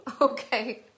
Okay